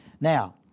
Now